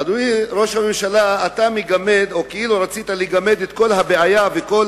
אדוני ראש הממשלה, רצית לגמד את כל הבעיה, את כל